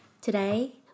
Today